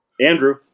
Andrew